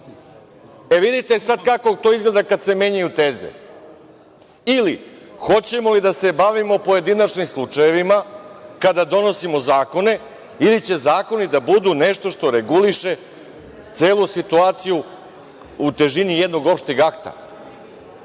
Vidite mi sada kako to izgleda kada se menjaju teze. Hoćemo li da se bavimo pojedinačnim slučajevima kada donosimo zakone ili će zakoni da budu nešto što reguliše celu situaciju u težini jednog opšteg